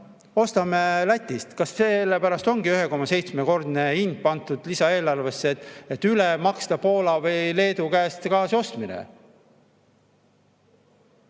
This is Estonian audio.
ostame Lätist. Kas sellepärast ongi 1,7-kordne hind pandud lisaeelarvesse, et üle maksta Poola või Leedu käest gaasi ostmine?